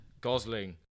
Gosling